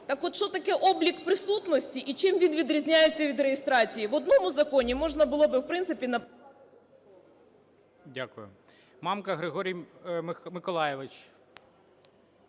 Так-от, що таке облік присутності і чим від відрізняється від реєстрації? В одному законі можна було би, в принципі, написати… ГОЛОВУЮЧИЙ. Дякую. Мамка Григорій Миколайович.